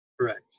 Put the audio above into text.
correct